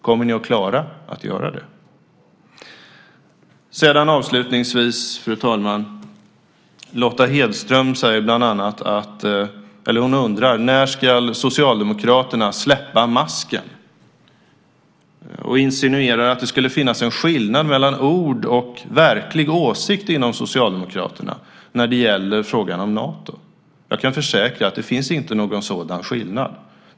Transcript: Kommer ni att klara av att göra det? Fru talman! Lotta Hedström undrar när Socialdemokraterna ska släppa masken och insinuerar att det finns en skillnad mellan ord och verklig åsikt inom Socialdemokraterna när det gäller frågan om Nato. Jag kan försäkra att det inte finns någon sådan skillnad.